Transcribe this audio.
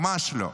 ממש לא.